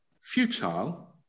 futile